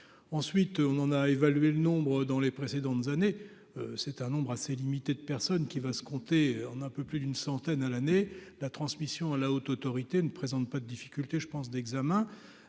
ensuite on en a évalué le nombre dans les précédentes années, c'est un nombre assez limité de personnes qui va se compter en un peu plus d'une centaine à l'année, la transmission à la Haute autorité ne présente pas de difficulté, je pense, d'examen